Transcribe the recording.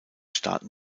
starten